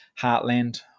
Heartland